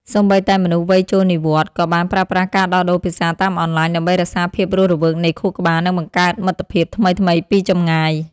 សូម្បីតែមនុស្សវ័យចូលនិវត្តន៍ ក៏បានប្រើប្រាស់ការដោះដូរភាសាតាមអនឡាញដើម្បីរក្សាភាពរស់រវើកនៃខួរក្បាល និងបង្កើតមិត្តភាពថ្មីៗពីចម្ងាយ។